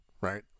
right